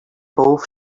both